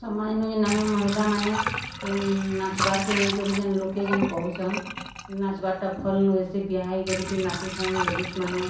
ସମାଜ୍ନୁ ଯେନ୍ ଆମେ ମହିଳାମାନେ ଯେନ୍ ନାଚ୍ବାର୍କେ ନେଇକରି ଯେନ୍ ଲୋକେ ଯେନ୍ କହୁଛନ୍ ନାଚ୍ବାର୍ଟା ଭଲ୍ ନୁହେଁସେ ବିହା ହେଇକରି ବି ନାଚୁଛନ୍ ଲେଡ଼ିସ୍ମାନେ